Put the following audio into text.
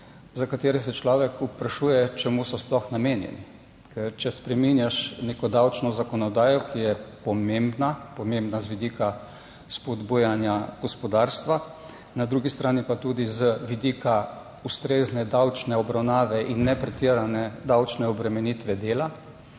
za katere se človek sprašuje čemu so sploh namenjeni, ker če spreminjaš neko davčno zakonodajo, ki je pomembna, pomembna z vidika spodbujanja gospodarstva, na drugi strani pa tudi z vidika ustrezne davčne obravnave in ne pretirane davčne obremenitve dela,